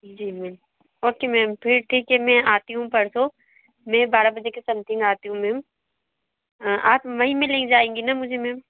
जी ma'am okay ma'am फिर ठीक है मैं आती हूँ परसो मैं बारह बजे के समथिंग आती हूँ मैम आप मई में ले जाएंगे ना मुझे मैम